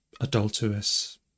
adulterous